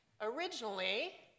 Originally